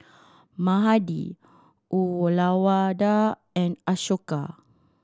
Mahade Uyyalawada and Ashoka